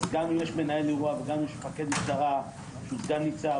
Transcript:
אז גם אם יש מנהל אירוע וגם אם יש מפקד משטרה סגן ניצב,